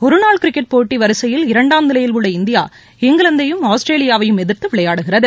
ஒருநாள் கிரிக்கெட் போட்டி வரிசையில் இரண்டாம் நிலையில் உள்ள இந்தியா இங்கிலாந்தையும் ஆஸ்திரேலியாவையும் எதிர்த்து விளையாடுகிறது